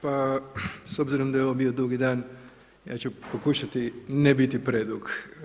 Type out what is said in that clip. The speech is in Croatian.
Pa s obzirom da je ovo bio dugi dan ja ću pokušati ne biti predug.